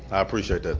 i appreciate